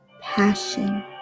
passion